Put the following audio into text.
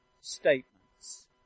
statements